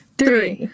three